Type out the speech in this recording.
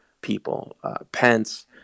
people—Pence